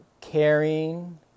caring